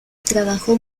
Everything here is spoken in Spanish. trabajó